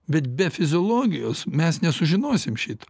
bet be fiziologijos mes nesužinosim šito